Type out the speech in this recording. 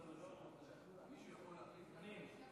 אני אחליף אותו.